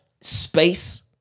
space